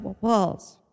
Walls